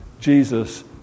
Jesus